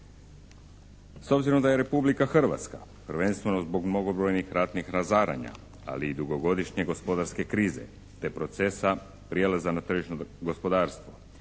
S obzirom da je Republika Hrvatska prvenstveno zbog mnogobrojnih ratnih razaranja ali i dugogodišnje gospodarske krize te procesa prijelaza na tržišno gospodarstvo